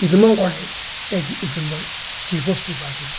yíŧi ma ngolni he gí yíŧimbol bsifoo bsifa agíni.